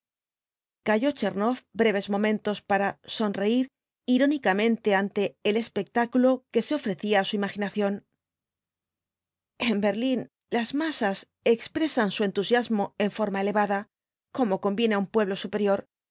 calló tchernoff breves momentos para sonreír irónicamente ante el espectáculo que se ofrecía á su imaginación en berlín las masas expresan su entusiasmo en forma elevada como conviene á un pueblo superior